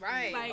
Right